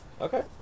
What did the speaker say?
Okay